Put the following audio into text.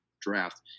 draft